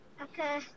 Okay